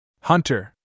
Hunter